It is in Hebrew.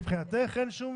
מבחינתך אין שום